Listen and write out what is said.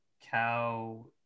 cow